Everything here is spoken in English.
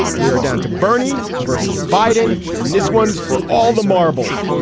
we are down to bernie vs. biden, and this one's for all the marbles.